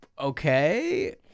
Okay